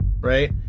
right